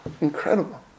incredible